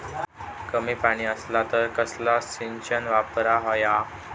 कमी पाणी असला तर कसला सिंचन वापराक होया?